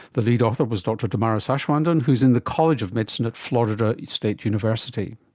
the lead author was dr damaris aschwanden who is in the college of medicine at florida state university.